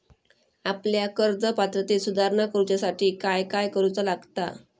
आपल्या कर्ज पात्रतेत सुधारणा करुच्यासाठी काय काय करूचा लागता?